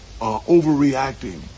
overreacting